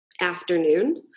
afternoon